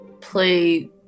play